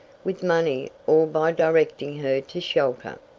with money or by directing her to shelter.